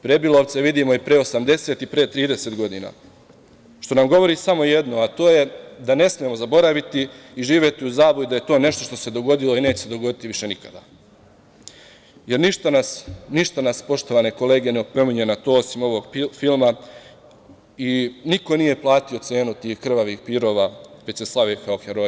Prebilovce vidimo i pre 80 i pre 30 godina, što nam govori samo jedno, a to je da ne smemo zaboraviti i živeti u zabludi, da je to nešto što se dogodilo i neće se dogoditi više nikada, jer ništa nas, poštovane kolege, ne opominje na to osim ovog filma i niko nije platio cenu tih krvavih pirova, već se slave kao heroji.